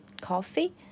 coffee